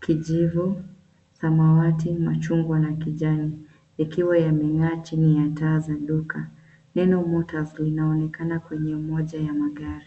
kijivu, samawati, machungwa na kijani ikiwa yameng'aa chini ya taa za duka. Neno Motors linaonekana kwenye moja ya magari.